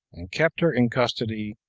and kept her in custody,